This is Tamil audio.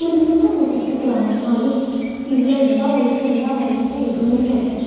அப்போருந்து கூட அவங்க கத்துக்கிறாங்க அது இவ்வளோ இதுதான் வயசு இதுதான் வயசுன்ட்டுலாம் எதுவுமே கிடையாது